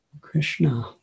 Krishna